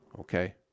okay